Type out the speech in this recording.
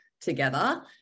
together